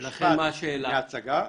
משפט מהצגה,